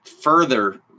further